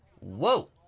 Whoa